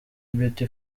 beauty